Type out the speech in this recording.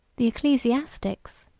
the ecclesiastics,